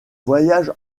voyage